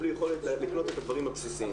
או בלי יכולת לקנות את הדברים הבסיסיים.